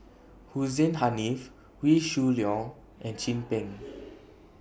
Hussein Haniff Wee Shoo Leong and Chin Peng